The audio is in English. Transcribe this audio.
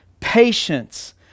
Patience